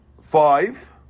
five